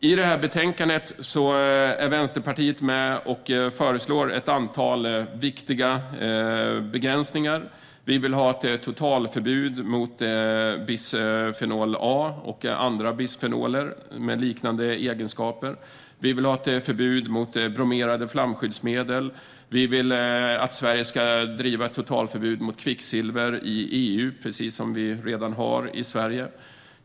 I betänkandet är Vänsterpartiet med och föreslår ett antal viktiga begränsningar. Vi vill ha ett totalförbud mot bisfenol A och andra bisfenoler med liknande egenskaper. Vi vill ha ett förbud mot bromerade flamskyddsmedel. Vi vill att Sverige ska driva ett totalförbud mot kvicksilver i EU, precis som vi redan har i Sverige.